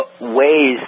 ways